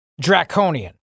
Draconian